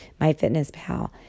MyFitnessPal